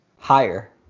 Higher